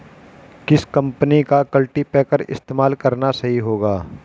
किस कंपनी का कल्टीपैकर इस्तेमाल करना सही होगा?